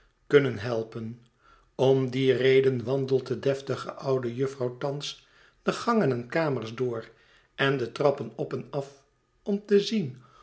kunnen helpen om die reden wandelt de deftige oude jufvrouw thans de gangen en kamers door en de trappen op en af om te zien